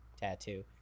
tattoo